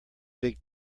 big